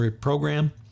program